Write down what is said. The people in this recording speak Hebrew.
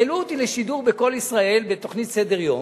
העלו אותי לשידור ב"קול ישראל" בתוכנית "סדר יום",